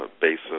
base